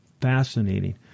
fascinating